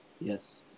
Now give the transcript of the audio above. Yes